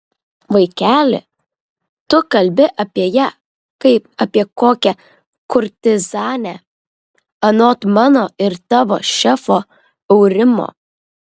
vaikeli tu kalbi apie ją kaip apie kokią kurtizanę anot mano ir tavo šefo aurimo